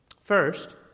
First